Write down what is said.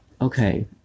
Okay